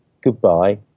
goodbye